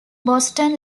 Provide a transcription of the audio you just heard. boston